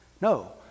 No